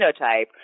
phenotype